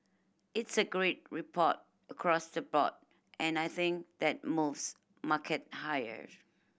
it's a great report across the board and I think that moves market higher